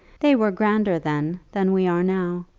they were grander then than we are now,